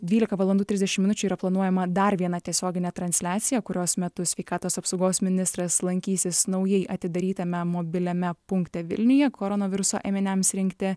dvylika valandų trisdešim minučių yra planuojama dar viena tiesioginė transliacija kurios metu sveikatos apsaugos ministras lankysis naujai atidarytame mobiliame punkte vilniuje koronaviruso ėminiams rinkti